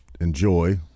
enjoy